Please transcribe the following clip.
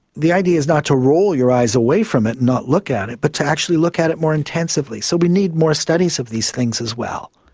the idea is not to roll your eyes away from it and not look at it, but to actually look at it more intensively. so we need more studies of these things as well.